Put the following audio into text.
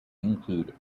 include